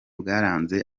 bwaranze